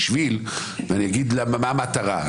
ואני אגיד מה המטרה.